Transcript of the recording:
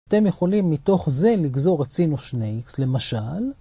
אתם יכולים מתוך זה לגזור את סינוס 2x למשל.